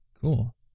Cool